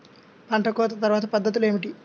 పంట కోత తర్వాత పద్ధతులు ఏమిటి?